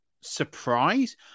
surprise